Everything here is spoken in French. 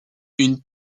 une